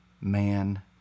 man